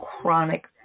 chronic